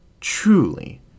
truly